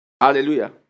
Hallelujah